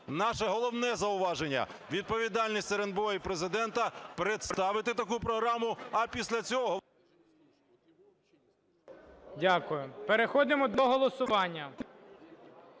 Наше головне зауваження - відповідальність РНБО і Президента, представити таку програму, а після цього... ГОЛОВУЮЧИЙ. Дякую. Переходимо до голосування.